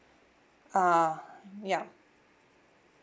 uh ya